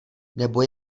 nebo